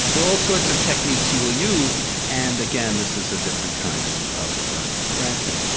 there are all sorts of techniques you will use and again, this is a different kind of branching.